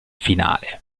finale